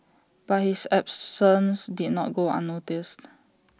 but his absences did not go unnoticed